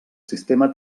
sistema